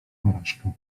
porażkę